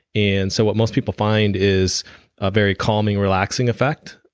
and so what most people find is a very calming relaxing effect.